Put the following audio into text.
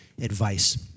advice